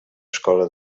escola